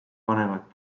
vanemat